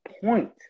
point